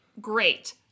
Great